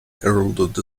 heralded